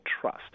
trust